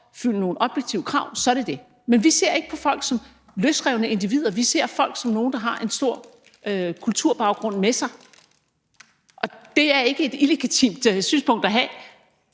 at opfylde nogle objektive krav, så er det det. Men vi ser ikke på folk som løsrevne individer; vi ser folk som nogle, der har en stor kulturbaggrund med sig. Og det er ikke et illegitimt synspunkt at have.